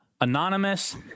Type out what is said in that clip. Anonymous